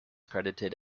credited